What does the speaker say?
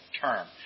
term